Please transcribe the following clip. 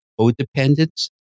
codependence